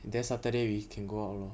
then saturday we can go out lor